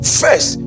first